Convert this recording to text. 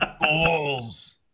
Balls